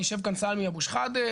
יושב כאן סמי אבו שחאדה,